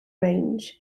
range